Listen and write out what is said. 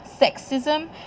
sexism